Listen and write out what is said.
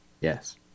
Yes